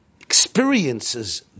experiences